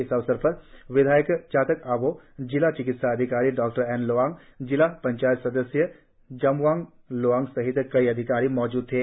इस अवसर पर विधायक चाकत अबोह जिला चिकित्सा अधिकारी डॉ एन लोवांग जिला पंचायत सदस्य जामवांग लोवांग सहित कई अधिकारी मौजूद थे